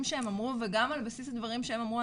שהם אמרו וגם על בסיס הדברים שהם אמרו,